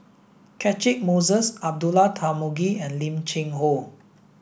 Catchick Moses Abdullah Tarmugi and Lim Cheng Hoe